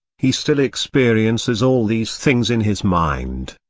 he still experiences all these things in his mind,